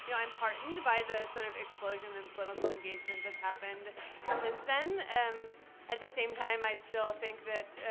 you know i'm heartened by the sort of explosion in political engagement that's happened since then. at the same time i still think that,